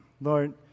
Lord